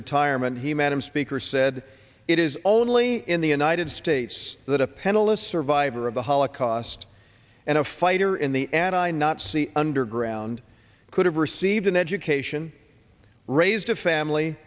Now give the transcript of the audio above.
retirement he madam speaker said it is only in the united states that a panelist survivor of the holocaust and a fighter in the end i not see underground could have received an education raised a family